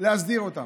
להסדיר אותם.